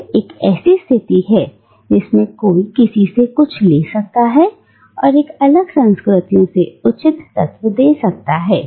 यह एक ऐसी स्थिति है जिसमें कोई किसी से कुछ ले सकता है एक अलग संस्कृतियों से उचित तत्व ले सकता है